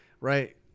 right